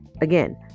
Again